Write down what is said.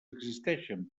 existeixen